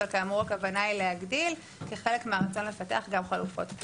אבל כאמור הכוונה היא להגדיל כחלק מהרצון לפתח גם חלופות כליאה.